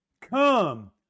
come